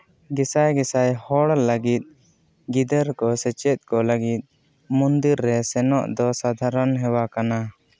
ᱜᱮᱥᱟᱭ ᱜᱮᱥᱟᱭ ᱦᱚᱲ ᱞᱟᱹᱜᱤᱫ ᱜᱤᱫᱟᱹᱨ ᱠᱚ ᱥᱮᱪᱮᱫ ᱠᱚ ᱞᱟᱹᱜᱤᱫ ᱢᱚᱱᱫᱤᱨ ᱨᱮ ᱥᱮᱱᱚᱜ ᱫᱚ ᱥᱟᱫᱷᱟᱨᱚᱱ ᱦᱮᱣᱟ ᱠᱟᱱᱟ